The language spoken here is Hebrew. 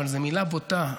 אבל זו מילה בוטה,